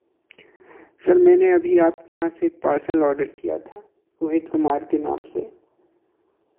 sir मैनें अभी आपके यहाँ से एक पार्सल ऑर्डर किया था रोहित कुमार के नाम से